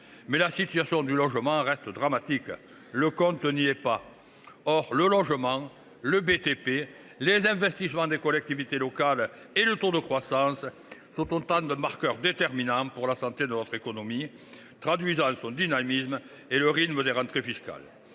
Mais la situation du logement reste dramatique : le compte n’y est pas. Or le logement, le secteur du bâtiment et des travaux publics (BTP), les investissements des collectivités locales et le taux de croissance sont autant de marqueurs déterminants pour la santé de notre économie, traduisant son dynamisme et le rythme des rentrées fiscales.